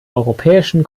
europäischen